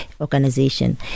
organization